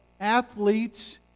athletes